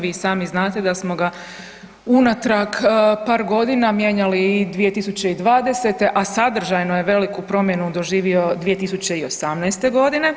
Vi i sami znate da smo ga unatrag par godina mijenjali i 2020. a sadržajno je veliku promjenu doživio 2018. godine.